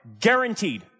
guaranteed